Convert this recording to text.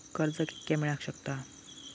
कर्ज कितक्या मेलाक शकता?